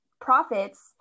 profits